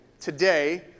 today